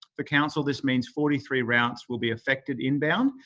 for council, this means forty three routes will be affected inbound,